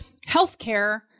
healthcare